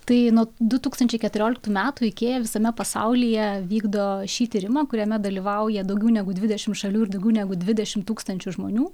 tai nuo du tūkstančiai keturioliktų metų ikea visame pasaulyje vykdo šį tyrimą kuriame dalyvauja daugiau negu dvidešimt šalių ir daugiau negu dvidešim tūkstančių žmonių